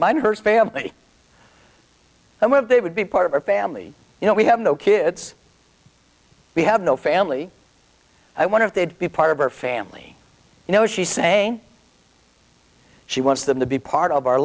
neighbors family and what they would be part of our family you know we have no kids we have no family i wonder if they'd be part of our family you know she's saying she wants them to be part of our